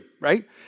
right